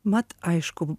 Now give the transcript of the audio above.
mat aišku